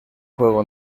juego